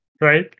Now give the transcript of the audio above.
Right